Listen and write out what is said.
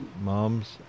Moms